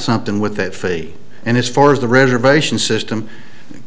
something with that fate and as far as the reservation system